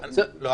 לא,